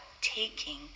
taking